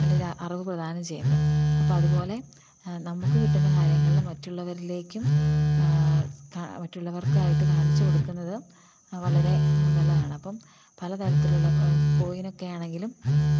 അറിവ് പ്രധാനം ചെയ്യുന്നത് അപ്പം അതുപോലെ നമ്മൾക്ക് കിട്ടുന്ന കാര്യങ്ങളിൽ മറ്റുള്ളവരിലേക്കും മറ്റുള്ളവർക്ക് ആയിട്ട് കാണിച്ചു കൊടുക്കുന്നതും വളരെ നല്ലതാണ് അപ്പം പലതരത്തിലുള്ള കോയിനൊക്കെ ആണെങ്കിലും